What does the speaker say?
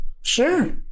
Sure